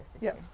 Yes